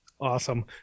Awesome